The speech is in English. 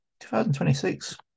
2026